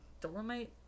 Dolomite